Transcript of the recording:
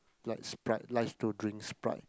like Sprite likes to drink Sprite